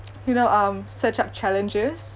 you know um set up challenges